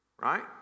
Right